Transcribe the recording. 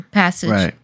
passage